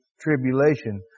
tribulation